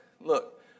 look